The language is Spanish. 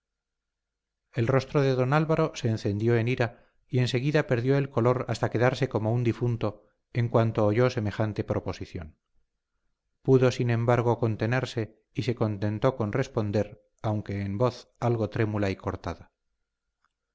el rostro de don álvaro se encendió en ira y enseguida perdió el color hasta quedarse como un difunto en cuanto oyó semejante proposición pudo sin embargo contenerse y se contentó con responder aunque en voz algo trémula y cortada